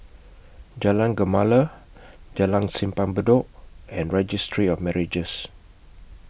Jalan Gemala Jalan Simpang Bedok and Registry of Marriages